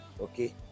okay